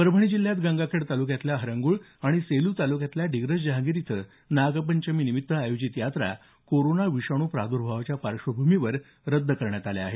परभणी जिल्ह्यात गंगाखेड तालुक्यातल्या हरंगुळ आणि सेलू तालुक्यातल्या डिग्रस जहांगीर इथं नागपंचमीनिमीत्त आयोजित यात्रा कोरोना विषाणू प्रादुर्भावाच्या पार्श्वभूमीवर रद्द करण्यात आल्या आहेत